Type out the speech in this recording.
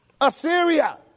Assyria